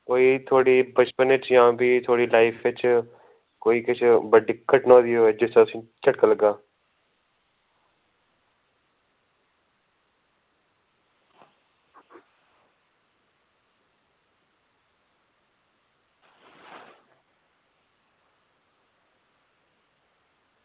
कोई थुआढ़े बचपन च जां थुआढ़ी लाइफ बिच कोई किश बड्डी घटना होई दी होऐ दी जिसदा तुसेंगी झटका लग्गा